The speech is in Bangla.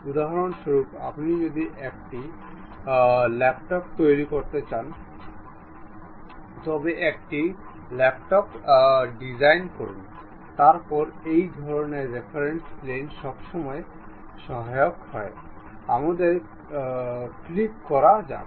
উদাহরণস্বরূপ আপনি যদি একটি ল্যাপটপ তৈরি করতে চান তবে একটি ল্যাপটপ ডিজাইন করুন তারপর এই ধরনের রেফারেন্স প্লেন সবসময় সহায়ক হয় আমাদের ক্লিক করা যাক